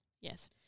Yes